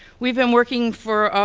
we've been working for,